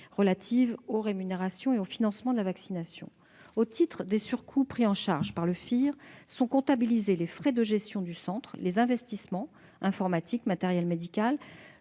relative aux rémunérations et au financement de la vaccination. Au titre des surcoûts pris en charge par le FIR sont effectivement comptabilisés les frais de gestion du centre, les investissements en matière informatique ou de matériel médical